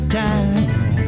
time